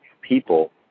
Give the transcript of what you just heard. people